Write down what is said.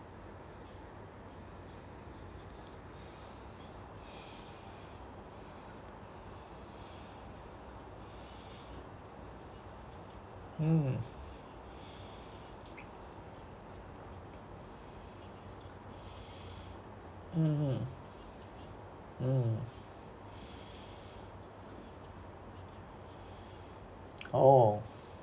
mm mm mm oh